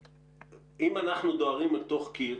אם אנחנו דוהרים אל תוך קיר,